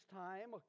time